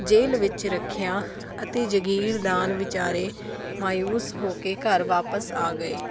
jail ਵਿੱਚ ਰੱਖਿਆ ਅਤੇ ਜਗੀਰਦਾਰ ਵਿਚਾਰੇ ਮਾਯੂਸ ਹੋ ਕੇ ਘਰ ਵਾਪਸ ਆ ਗਏ